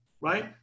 right